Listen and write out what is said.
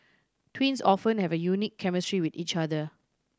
twins often have a unique chemistry with each other